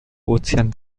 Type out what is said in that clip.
ozean